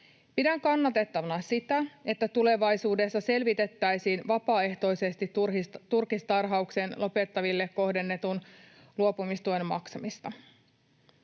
Pidän kannatettavana sitä, että tulevaisuudessa selvitettäisiin vapaaehtoisesti turkistarhauksen lopettaville kohdennetun luopumistuen maksamista.